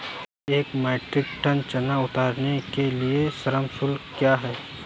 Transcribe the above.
एक metric ton चना उतारने के लिए श्रम शुल्क क्या है?